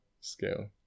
scale